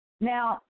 now